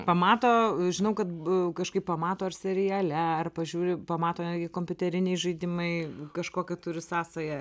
pamato žinau kad kažkaip pamato ar seriale ar pažiūri pamato netgi kompiuteriniai žaidimai kažkokią turi sąsają